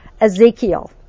Ezekiel